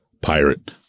pirate